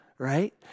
Right